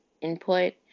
input